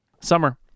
Summer